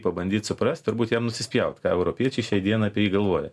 pabandyt suprast turbūt jam nusispjaut ką europiečiai šiai dienai apie jį galvoja